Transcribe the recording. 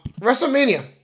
WrestleMania